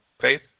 faith